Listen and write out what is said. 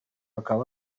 bakaba